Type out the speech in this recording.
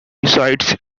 resides